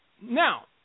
Now